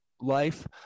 life